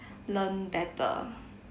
learn better